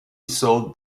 sold